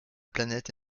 planète